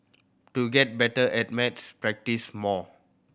to get better at maths practise more